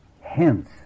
hence